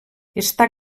està